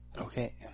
Okay